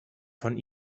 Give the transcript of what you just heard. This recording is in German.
von